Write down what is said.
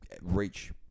reach –